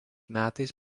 metais